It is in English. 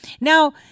Now